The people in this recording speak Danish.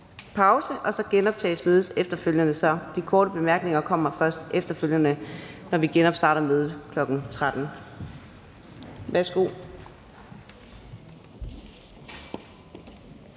pause, og så genoptages mødet efterfølgende. Så de korte bemærkninger kommer først efterfølgende, når vi genoptager mødet kl. 13.00. Værsgo.